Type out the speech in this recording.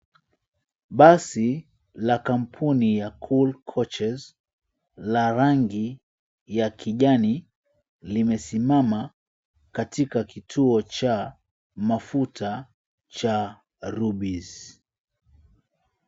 Basi la kampuni la Cool Coaches, la rangi ya kijani, limesimama katika kituo cha mafuta cha Rubis.